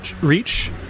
reach